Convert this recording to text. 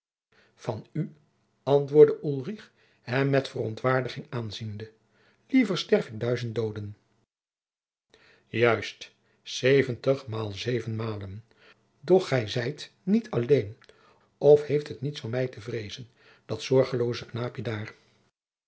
van u antwoordde ulrich hem met verontwaardiging aanziende liever stierf ik duizend dooden uist zeventig maal zeven malen doch gij zijt niet alleen of heeft het niets van mij te vreezen dat zorgelooze knaapje daar